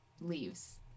leaves